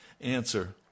answer